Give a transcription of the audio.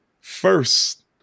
first